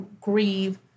grieve